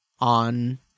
on